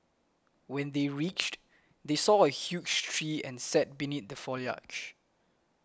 when they reached they saw a huge tree and sat beneath the foliage